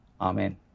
Amen